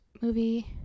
movie